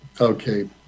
Okay